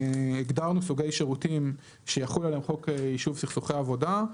הגדרנו סוגי שירותים שיחול עליהם חוק ישוב סכסוכי עבודה.